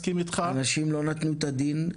אנשים לא נתנו את הדין.